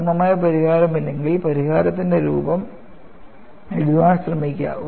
പൂർണ്ണമായ പരിഹാരമല്ലെങ്കിൽ പരിഹാരത്തിന്റെ രൂപം എഴുതാൻ ശ്രമിക്കുക